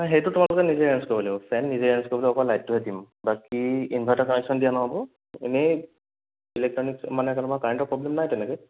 নাই সেইটো তোমালোকে নিজে এৰেঞ্জ কৰিব লাগিব ফেন নিজে এৰেঞ্জ কৰিব লাগিব অকল লাইটটোহে দিম বাকী ইনভাৰ্টাৰ কানেকশ্য়ন দিয়া নহ'ব এনেই ইলেক্ট্ৰনিকছ্ মানে তেনেকুৱা কাৰেণ্টৰ প্ৰব্লেম নাই তেনেকে